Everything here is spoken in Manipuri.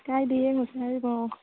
ꯀꯥꯏꯗ ꯌꯦꯡꯉꯨꯁꯤ ꯍꯥꯏꯔꯤꯅꯣ